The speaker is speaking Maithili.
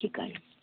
की करबै